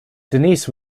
denise